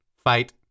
fight